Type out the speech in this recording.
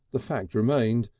the fact remained,